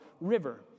river